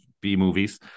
B-movies